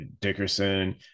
Dickerson